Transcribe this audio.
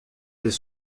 les